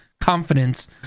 confidence